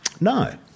No